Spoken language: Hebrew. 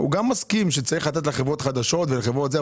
הוא גם מסכים שצריך לתת לחברות חדשות ולחברות זה,